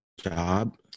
job